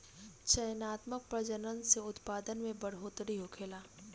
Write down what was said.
चयनात्मक प्रजनन से उत्पादन में बढ़ोतरी होखेला